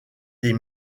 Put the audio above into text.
des